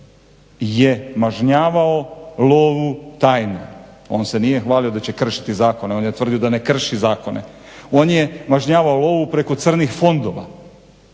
je mažnjavao lovu tajno, on se nije hvalio da će kršiti zakone, on je tvrdio da ne krši zakone, on je mažnjavao lovu preko crnih fondova,